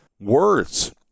words